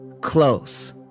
Close